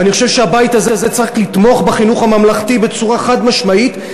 ואני חושב שהבית הזה צריך לתמוך בחינוך הממלכתי בצורה חד-משמעית,